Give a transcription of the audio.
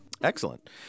excellent